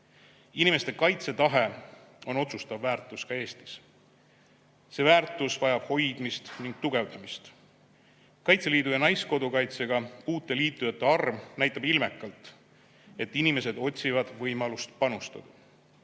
kaitsetahe on otsustav väärtus ka Eestis. See väärtus vajab hoidmist ja tugevdamist. Kaitseliidu ja Naiskodukaitsega liitujate arv näitab ilmekalt, et inimesed otsivad võimalust panustada.